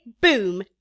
boom